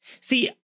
See